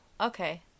Okay